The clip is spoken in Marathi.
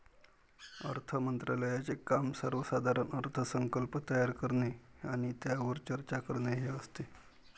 अर्थ मंत्रालयाचे काम सर्वसाधारण अर्थसंकल्प तयार करणे आणि त्यावर चर्चा करणे हे असते